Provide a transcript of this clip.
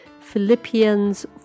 Philippians